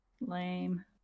Lame